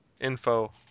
info